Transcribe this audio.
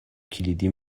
کلیدی